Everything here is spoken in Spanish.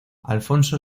alfonso